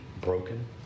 broken